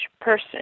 person